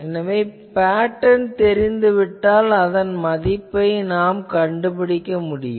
எனவே பேட்டர்ன் தெரிந்துவிட்டால் Cn என்பதன் மதிப்பைக் கண்டுபிடிக்கலாம்